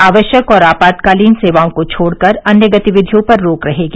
आवश्यक और आपातकालीन सेवाओं को छोड़कर अन्य गतिविधियों पर रोक रहेगी